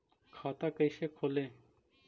खाता कैसे खोले?